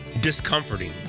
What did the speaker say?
discomforting